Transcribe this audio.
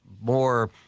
more